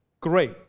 great